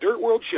DirtWorldShow